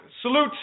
salute